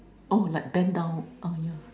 oh like bend down ah yeah